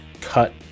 cut